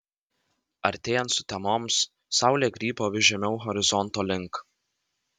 artėjant sutemoms saulė krypo vis žemiau horizonto link